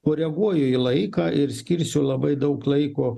koreguoju į laiką ir skirsiu labai daug laiko